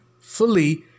fully